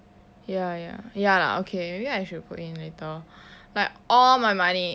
ya ya ya lah okay maybe I should put in later like all my money